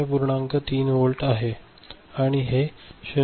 3 volt आहे आणि हे 0